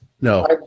No